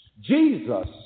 Jesus